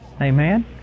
Amen